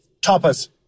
toppers